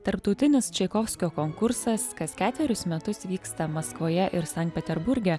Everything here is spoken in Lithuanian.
tarptautinis čaikovskio konkursas kas ketverius metus vyksta maskvoje ir san peterburge